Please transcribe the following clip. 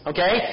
Okay